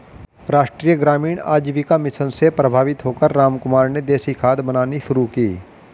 राष्ट्रीय ग्रामीण आजीविका मिशन से प्रभावित होकर रामकुमार ने देसी खाद बनानी शुरू की